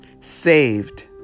saved